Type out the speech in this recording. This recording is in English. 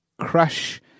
crush